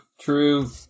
True